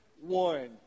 one